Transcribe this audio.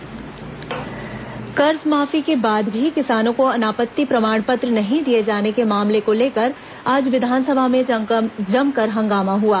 विधानसभा समाचार कर्जमाफी के बाद भी किसानों को अनापत्ति प्रमाण पत्र नहीं दिए जाने के मामले को लेकर आज विधानसभा में जमकर हंगामा हुआ